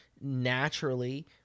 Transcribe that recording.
naturally